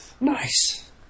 Nice